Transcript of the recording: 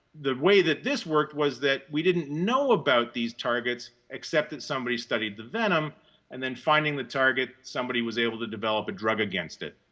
the way that this worked was that we didn't know about these targets except that somebody studied the venom and then, finding the target, somebody was able to develop a drug against it.